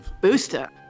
Booster